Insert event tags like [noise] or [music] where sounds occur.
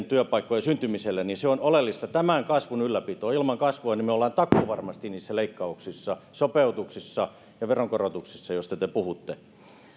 [unintelligible] työpaikkojen syntymiselle tämän kasvun ylläpito ilman kasvua me olemme takuuvarmasti niissä leikkauksissa sopeutuksissa ja veronkorotuksissa joista te te puhutte